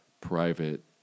private